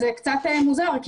זה קצת מוזר.